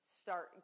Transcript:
start